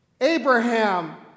abraham